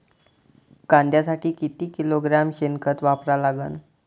कांद्यासाठी किती किलोग्रॅम शेनखत वापरा लागन?